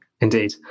Indeed